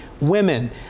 women